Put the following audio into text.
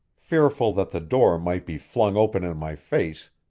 fearful that the door might be flung open in my face,